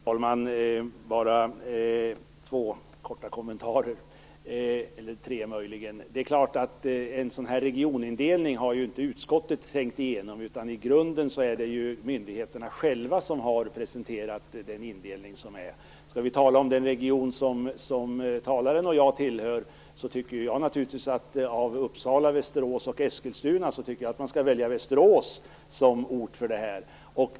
Herr talman! Bara några korta kommentarer. En sådan här regionindelning har inte utskottet tänkt igenom. I grunden är det myndigheterna själva som har presenterat indelningen. Skall vi tala om den region som Rigmor Ahlstedt och jag tillhör tycker jag naturligtvis att man av Uppsala, Västerås och Eskilstuna skall välja Västerås som sätesort.